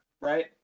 right